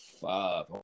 five